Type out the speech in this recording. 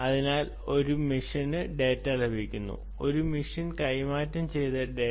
അതിനാൽ ഒരു മെഷീന് ഡാറ്റ ലഭിക്കുന്നു ഒരു മെഷീൻ കൈമാറ്റം ചെയ്ത ഡാറ്റ